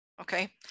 Okay